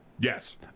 yes